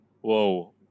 Whoa